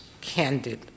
candid